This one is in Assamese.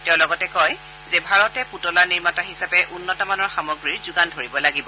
তেওঁ কয় যে ভাৰতে পুতলা নিৰ্মাতা হিচাপে উন্নত মানৰ সামগ্ৰীৰ যোগান ধৰিব লাগিব